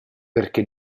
perché